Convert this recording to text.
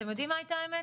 אתם יודעים מה הייתה האמת,